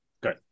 good